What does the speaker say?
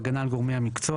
הגנה על הפרדת רשויות.